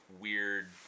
weird